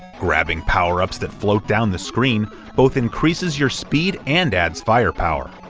grabbing power-ups that float down the screen both increases your speed, and adds firepower.